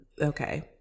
okay